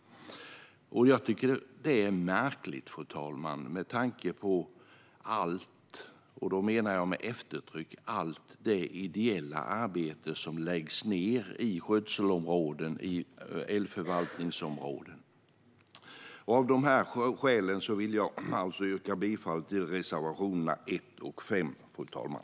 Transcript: Jag tycker att det är märkligt, fru talman, med tanke på allt - och då menar jag, med eftertryck, allt - det ideella arbete som läggs ned i skötselområden i älgförvaltningsområden. Av dessa skäl vill jag alltså yrka bifall till reservationerna 1 och 5, fru talman.